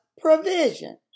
provision